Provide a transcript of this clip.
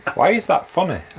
why is that funny?